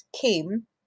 kim